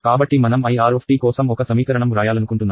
కాబట్టి మనం IR కోసం ఒక సమీకరణం వ్రాయాలనుకుంటున్నాను